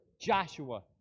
Joshua